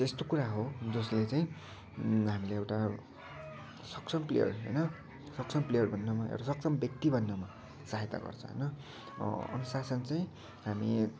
चाहिँ यस्तो कुरा हो जसले चाहिँ हामीलाई एउटा सक्षम प्लेयर होइन सक्षम प्लेयर बन्नमा एउटा सक्षम व्याक्ति बन्नमा सहायता गर्छ होइन अनुशासन चाहिँ हामी